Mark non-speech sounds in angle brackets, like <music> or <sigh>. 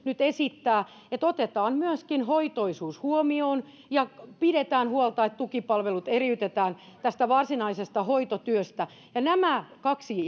nyt esittää että otetaan myöskin hoitoisuus huomioon ja pidetään huolta että tukipalvelut eriytetään tästä varsinaisesta hoitotyöstä ja nämä kaksi <unintelligible>